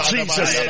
Jesus